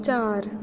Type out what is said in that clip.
चार